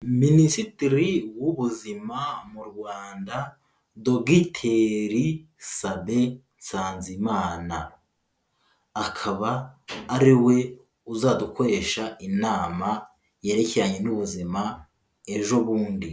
Minisitiri w'Ubuzima mu Rwanda, Dogiteri Sabin Nsanzimana, akaba ari we uzadukoresha inama yerekeranye n'ubuzima ejo bundi.